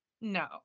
no